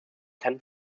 ten